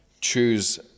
Choose